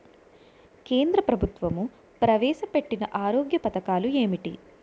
కేంద్ర ప్రభుత్వం ప్రవేశ పెట్టిన ఆరోగ్య పథకాలు ఎంటి?